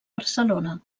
barcelona